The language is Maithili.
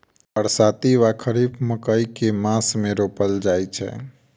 बरसाती वा खरीफ मकई केँ मास मे रोपल जाय छैय?